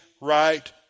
right